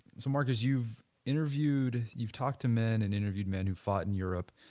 so marcus, you've interviewed, you've talked to men and interviewed men who fought in europe,